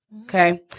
Okay